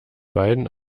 beiden